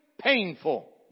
painful